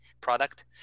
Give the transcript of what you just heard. product